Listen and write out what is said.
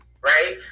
Right